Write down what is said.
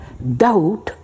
doubt